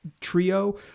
trio